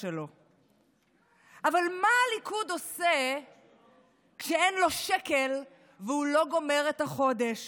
מה הליכוד עושה כשאין לו שקל והוא לא גומר את החודש